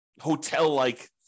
hotel-like